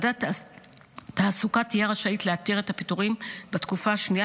ועדת התעסוקה תהיה רשאית להתיר את הפיטורים בתקופה השנייה